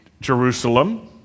Jerusalem